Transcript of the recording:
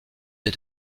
des